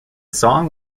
song